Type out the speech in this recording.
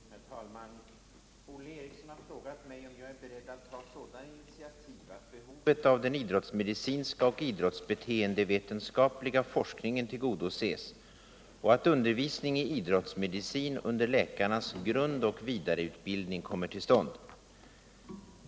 Herr talman! Olle Eriksson har frågat mig om jag är beredd att ta sådana initiativ att behovet av den idrottsmedicinska och idrottsbeteendevetenskapliga forskningen tillgodoses och att undervisning i idrottsmedicin under läkarnas grundoch vidareutbildning kommer till stånd.